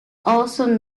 also